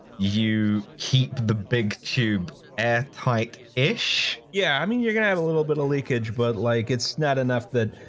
you keep the big tube airtight ish? justin yeah, i mean, you're gonna have a little bit of leakage, but like it's not enough that.